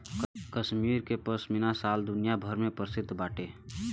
कश्मीर के पश्मीना शाल दुनिया भर में प्रसिद्ध बाटे